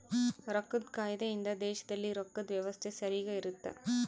ರೊಕ್ಕದ್ ಕಾಯ್ದೆ ಇಂದ ದೇಶದಲ್ಲಿ ರೊಕ್ಕದ್ ವ್ಯವಸ್ತೆ ಸರಿಗ ಇರುತ್ತ